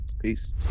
Peace